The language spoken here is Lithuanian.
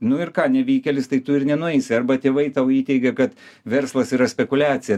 nu ir ką nevykėlis tai tu ir nenueisi arba tėvai tau įteigė kad verslas yra spekuliacija